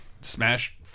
Smash